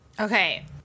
Okay